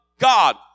God